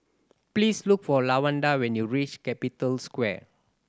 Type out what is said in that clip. please look for Lawanda when you reach Capital Square